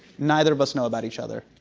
neither of us know about each other,